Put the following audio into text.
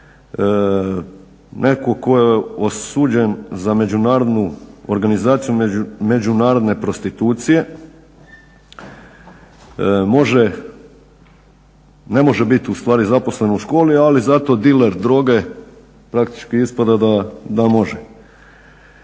netko tko je osuđen za međunarodnu, organizaciju međunarodne prostitucije može, ne može bit u stvari zaposlen u školi ali zato diler droge praktički ispada da može.